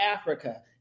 Africa